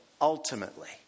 ultimately